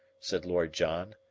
said lord john.